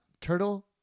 turtle